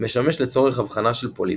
- משמש לצורך אבחנה של פוליפ,